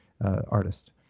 artist